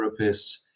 therapists